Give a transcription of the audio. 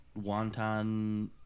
Wonton